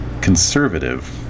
Conservative